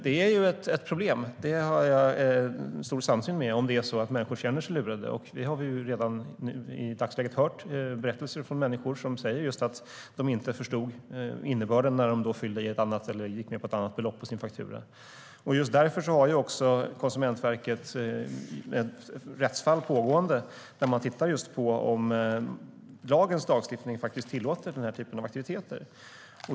Det är ett problem om människor känner sig lurade. Det har jag stor samsyn med interpellanten om. Vi har hört berättelser från människor om att de inte förstod innebörden när de gick med på ett annat belopp på sin faktura. Just därför har också Konsumentverket ett pågående rättsfall där man tittar på om dagens lagstiftning tillåter den här typen av aktiviteter.